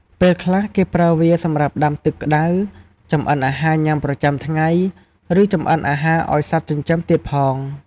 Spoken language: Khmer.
ពេលខ្លះ គេប្រើវាសម្រាប់ដាំទឹកក្តៅ ចម្អិនអាហារញ៊ាំប្រចាំថ្ងៃ ឬចម្អិនអាហារឲ្យសត្វចិញ្ចឹមទៀតផង។